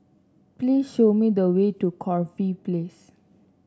please show me the way to Corfe Place